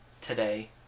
today